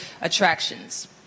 attractions